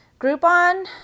Groupon